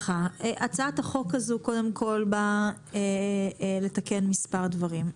הצעת החוק הזאת קודם כול באה לתקן מספר דברים.